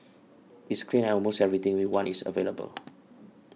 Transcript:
it's clean and almost everything we want is available